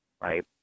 right